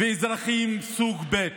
ואזרחים סוג ב'.